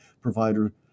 provider